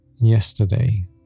yesterday